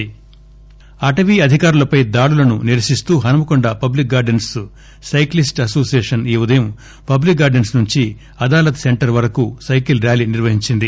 cycle rally అటవీ అధికారులపై దాడులను నిరసిస్తూ Hanamkonda public gardens cyclist association ఈ ఉదయం పబ్లిక్ గార్డెస్ప్ నుండి అదాలత్ సెంటర్ వరకు సైకిల్ ర్యాలీ నిర్యహించింది